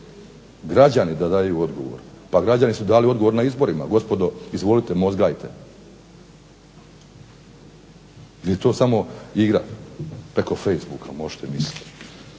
Građani da daju odgovor. Pa građani su dali odgovor na izborima. Gospodo, izvolite mozgajte. Nije to samo igra preko facebooka možete misliti.